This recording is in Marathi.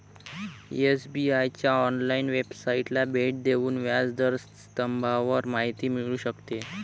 एस.बी.आए च्या ऑनलाइन वेबसाइटला भेट देऊन व्याज दर स्तंभावर माहिती मिळू शकते